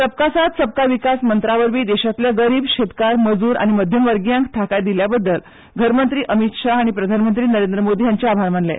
सबका साथ सबका विकास मंत्रा वरवीं देशांतल्या गरीब शेतकार मजूर आनी मध्यमवर्गीयांकू थाकाय दिल्ले खातीर घर मंत्री अमीत शाह हांणी प्रधानमंत्री नरेंद्र मोदी हांचे उपकार मानले